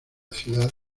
ciudad